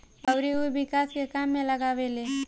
अउरी उ विकास के काम में लगावेले